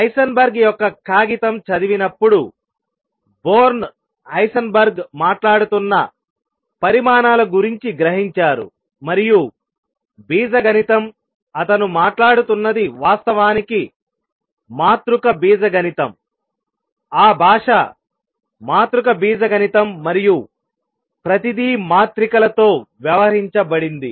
Heisenberg యొక్క కాగితం చదివినప్పుడు బోర్న్ హైసెన్బర్గ్ మాట్లాడుతున్న పరిమాణాల గురించి గ్రహించారు మరియు బీజగణితం అతను మాట్లాడుతున్నది వాస్తవానికి మాతృక బీజగణితం ఆ భాష మాతృక బీజగణితం మరియు ప్రతిదీ మాత్రికలతో వ్యవహరించబడింది